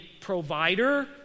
provider